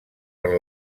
per